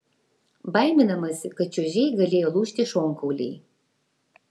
baiminamasi kad čiuožėjai galėjo lūžti šonkauliai